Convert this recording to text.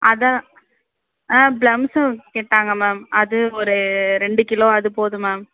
அதுதான் ஆ பிளம்ஸும் கேட்டாங்க மேம் அது ஒரு ரெண்டு கிலோ அது போதும் மேம்